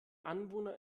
anwohner